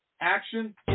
action